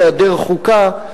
בהיעדר חוקה,